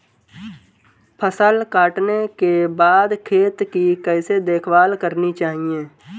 फसल काटने के बाद खेत की कैसे देखभाल करनी चाहिए?